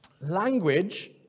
Language